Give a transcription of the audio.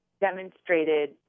demonstrated